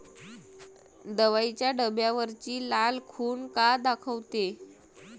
दवाईच्या डब्यावरची लाल खून का दाखवते?